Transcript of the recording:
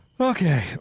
Okay